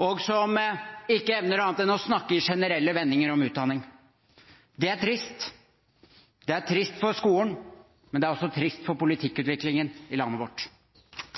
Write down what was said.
og som ikke evner annet enn å snakke om utdanning i generelle vendinger. Det er trist for skolen, men det er også trist for politikkutviklingen i landet vårt.